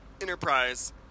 enterprise